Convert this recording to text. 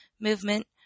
movement